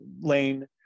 lane